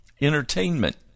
entertainment